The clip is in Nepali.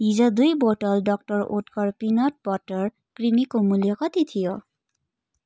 हिजो दुई बोतल डक्टर ओटकर पिनट बटर क्रिमीको मूल्य कति थियो